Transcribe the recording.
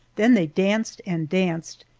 then they danced and danced,